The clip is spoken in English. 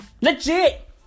Legit